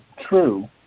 true